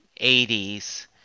80s